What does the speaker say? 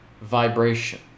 vibration